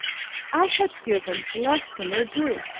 i had given less than their due.